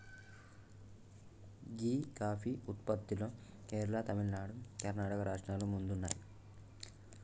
గీ coffee ఉత్పత్తిలో కేరళ, తమిళనాడు, కర్ణాటక రాష్ట్రాలు ముందున్నాయి